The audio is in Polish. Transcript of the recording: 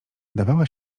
dawała